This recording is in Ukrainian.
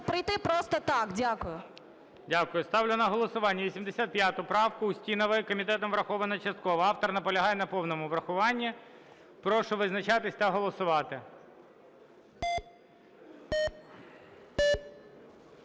прийти просто так. Дякую. ГОЛОВУЮЧИЙ. Дякую. Ставлю на голосування 85 правку Устінової. Комітетом враховано частково. Автор наполягає на повному врахуванні. Прошу визначатись та голосувати.